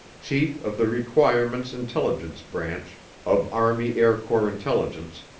chief of the requirements intelligence branch of army air corps intelligence,